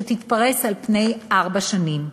שתתפרס על פני ארבע שנים,